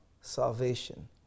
salvation